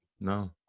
No